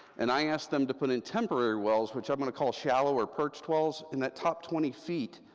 and i asked them to put in temporary wells, which i'm going to call shallow or perched wells. in that top twenty feet,